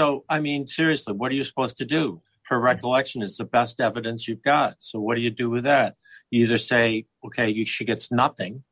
o i mean seriously what are you supposed to do her recollection is suppressed evidence you've got so what do you do with that either say ok you should gets nothing